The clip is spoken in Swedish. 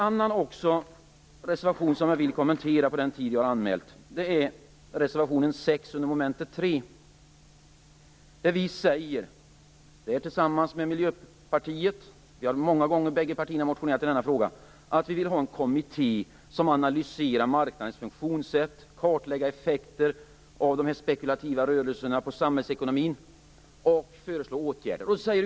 Jag vill under den tid som jag anmält mig för också kommentera reservationen 6 under mom. 3, där vi tillsammans med Miljöpartiet framför önskemål om en kommitté som skulle analysera marknadens funktionssätt, kartlägga effekter på samhällsekonomin av spekulativa rörelser och föreslå åtgärder. Bägge partierna har många gånger motionerat i denna fråga.